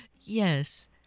Yes